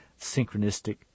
synchronistic